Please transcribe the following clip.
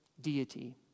deity